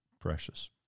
precious